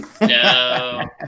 No